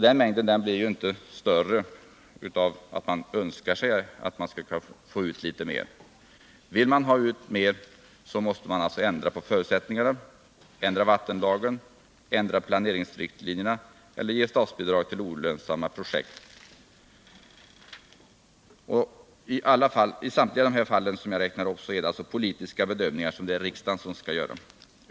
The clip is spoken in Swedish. Den mängden blir inte större av ett önskemål om att få ut mer. Vill man ha ut mer så måste man ändra på förutsättningarna: ändra vattenlagen, ändra planeringsriktlinjerna eller ge statsbidrag till de ekonomiskt inte lönsamma projekten. Det är i samtliga fall politiska bedömningar som riksdagen skall göra.